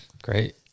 Great